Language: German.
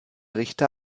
richter